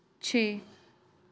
ਛੇ